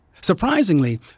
Surprisingly